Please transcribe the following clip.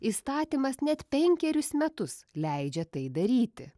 įstatymas net penkerius metus leidžia tai daryti